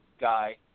guy